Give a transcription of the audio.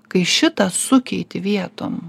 kai šitą sukeiti vietom